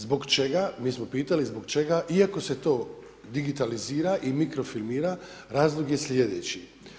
Zbog čega, mi smo pitali zbog čega, iako se to digitalizira i mikrofilira, razlog je slijedeći.